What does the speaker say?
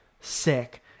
sick